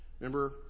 Remember